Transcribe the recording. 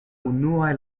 unuaj